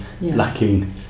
lacking